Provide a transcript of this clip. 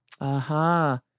Aha